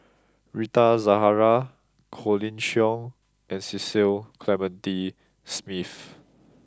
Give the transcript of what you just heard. Rita Zahara Colin Cheong and Cecil Clementi Smith